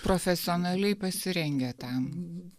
profesionaliai pasirengę ten